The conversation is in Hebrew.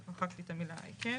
אז מחקתי את המילה "היקף".